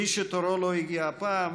מי שתורו לא הגיע הפעם,